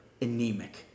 anemic